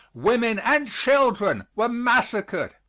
women and children were massacred,